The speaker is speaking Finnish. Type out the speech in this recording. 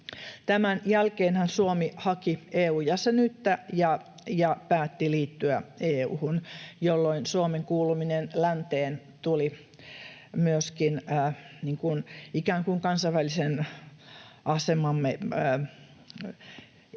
Tämän jälkeenhän Suomi haki EU-jäsenyyttä ja päätti liittyä EU:hun, jolloin Suomen kuuluminen länteen tuli myöskin ikään kuin kansainvälisen asemamme puolesta